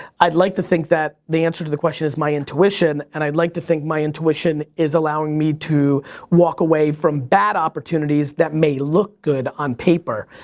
i'd like to think that the answer to the question is my intuition. and i'd like to think my intuition is allowing me to walk away from bad opportunities that may look good on paper.